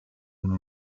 una